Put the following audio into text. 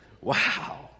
Wow